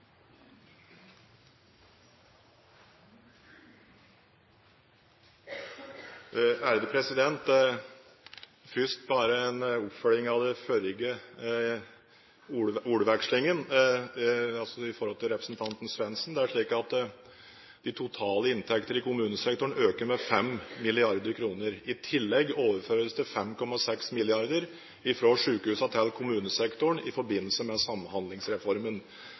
Først bare en oppfølging av den forrige ordvekslingen med representanten Svendsen. Det er slik at de totale inntekter i kommunesektoren øker med 5 mrd. kr. I tillegg overføres det 5,6 mrd. kr fra sykehusene til kommunesektoren i forbindelse med Samhandlingsreformen.